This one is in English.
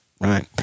Right